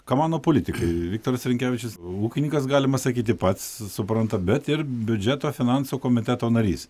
ką mano politikai viktoras rinkevičius ūkininkas galima sakyti pats supranta bet ir biudžeto finansų komiteto narys